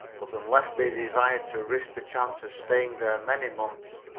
but unless they desired to risk the chance of staying there many months,